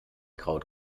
kraut